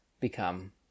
become